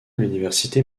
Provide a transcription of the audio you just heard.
l’université